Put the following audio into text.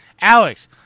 Alex